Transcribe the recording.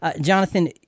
Jonathan